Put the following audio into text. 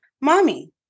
mommy